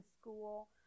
school